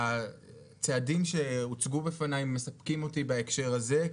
הצעדים שהוצגו בפניי מספקים אותי בהקשר הזה.